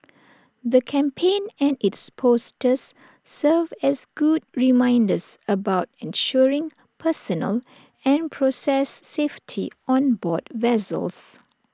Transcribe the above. the campaign and its posters serve as good reminders about ensuring personal and process safety on board vessels